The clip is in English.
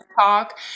talk